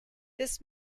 this